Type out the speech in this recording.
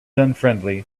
unfriendly